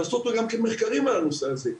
לעשות מחקרים על הנושא הזה,